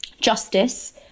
justice